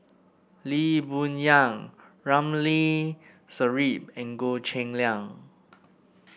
Lee Boon Yang Ramli Sarip and Goh Cheng Liang